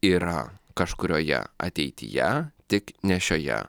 yra kažkurioje ateityje tik ne šioje